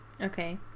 Okay